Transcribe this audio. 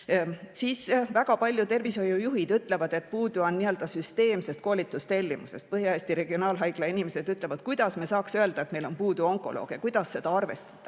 väga palju seda, et puudu on nii-öelda süsteemsest koolitustellimusest. Põhja-Eesti Regionaalhaigla inimesed küsivad, kuidas nad saaks öelda, et neil on puudu onkolooge, kuidas seda arvestataks.